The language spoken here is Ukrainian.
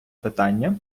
питання